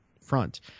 front